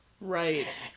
Right